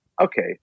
Okay